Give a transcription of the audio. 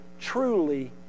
truly